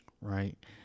right